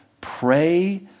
pray